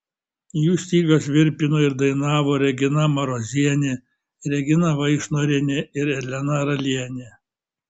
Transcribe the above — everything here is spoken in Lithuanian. jų stygas virpino ir dainavo regina marozienė regina vaišnorienė ir elena ralienė